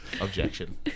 Objection